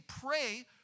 pray